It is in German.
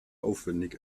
aufwendig